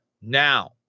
now